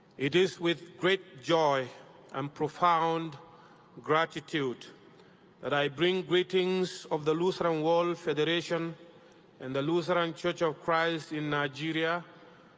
it is with great joy and profound gratitude that i bring greetings of the lutheran world federation and the lutheran church of christ in nigeria,